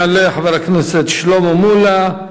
יעלה חבר הכנסת שלמה מולה,